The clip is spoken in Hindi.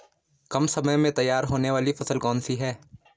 कम समय में तैयार होने वाली फसल कौन सी है?